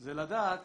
זה לדעת